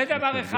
זה דבר אחד.